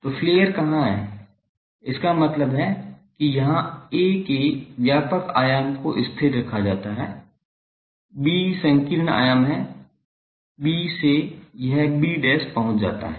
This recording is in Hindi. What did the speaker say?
तो फ्लेयर यहाँ है इसका मतलब है कि यहाँ a के व्यापक आयाम को स्थिर रखा जाता है b संकीर्ण आयाम है b से यह b' पहुँच जाता है